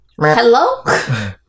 Hello